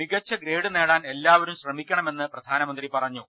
മികച്ച ഗ്രേഡ് നേടാൻ എല്ലാവരും ശ്രമിക്കണമെന്ന് പ്രധാനമന്ത്രി പറഞ്ഞു